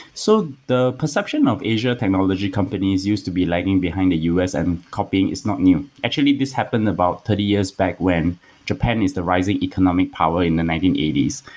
so the perception of asia technology companies used to be lagging behind the u s. and copying is not new. actually, this happened about three years back when japan is the rising economic power in the nineteen eighty s.